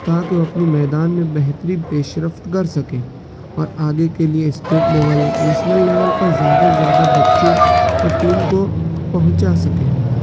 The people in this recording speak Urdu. تاکہ وہ اپنی میدان میں بہتری پیش رفت کرسکے اور آگے کے لیے اسٹیٹ لیول نیشنل لیول پر زیادہ سے زیادہ بچوں اور ٹیم کو پہنچا سکیں